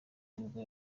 nibwo